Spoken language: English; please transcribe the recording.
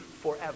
forever